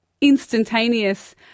instantaneous